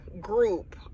group